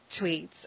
tweets